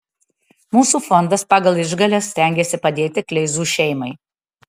mūsų fondas pagal išgales stengiasi padėti kleizų šeimai